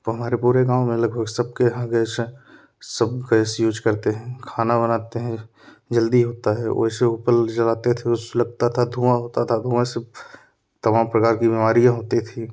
तो हमारे पूरे गाँव में लगभग सबके यहाँ गैस है सब गैस यूज करते हैं खाना बनाते हैं जल्दी होता है वैसे उपल जलाते थे उस लगता था धुआँ होता था धुआँ से तमाम प्रकार की बीमारियाँ होती थी